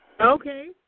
Okay